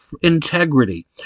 integrity